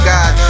God